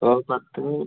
ഇപ്പോൾ പത്ത്